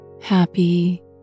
happy